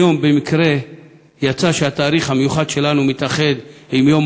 היום במקרה יצא שהתאריך המיוחד שלנו מתאחד עם יום